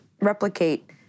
replicate